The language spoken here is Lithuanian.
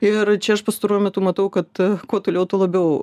ir čia aš pastaruoju metu matau kad kuo toliau tuo labiau